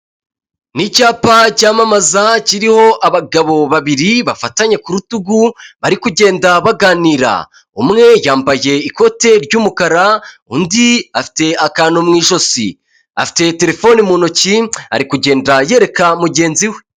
Ni icyapa cyamamaza kiriho abagabo babiri bafatanye ku rutugu bari kugenda baganira, umwe yambaye ikote ry'umukara undi afite akantu mu ijosi, afite terefone mu ntoki ari kugenda yereka mugenzi we.